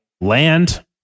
land